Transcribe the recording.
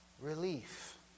relief